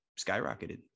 skyrocketed